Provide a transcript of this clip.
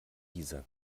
isar